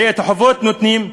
הרי את החובות נותנים,